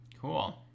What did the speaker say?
cool